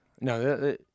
no